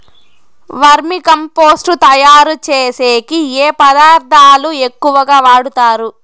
వర్మి compost తయారుచేసేకి ఏ పదార్థాలు ఎక్కువగా వాడుతారు